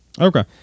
Okay